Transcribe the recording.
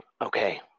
Okay